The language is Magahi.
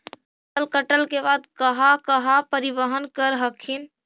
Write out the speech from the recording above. फसल कटल के बाद कहा कहा परिबहन कर हखिन?